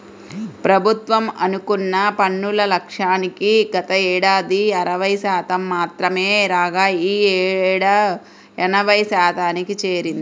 ప్రభుత్వం అనుకున్న పన్నుల లక్ష్యానికి గతేడాది అరవై శాతం మాత్రమే రాగా ఈ యేడు ఎనభై శాతానికి చేరింది